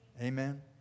Amen